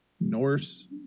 Norse